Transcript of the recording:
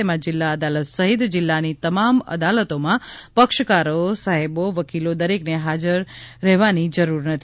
તેમાં જિલ્લા અદાલત સહિત જિલ્લાની તમામ અદાલતોમાં પક્ષકારોસાહેદો વકીલો દરેકને હાજર રહેવાની જરૂર નથી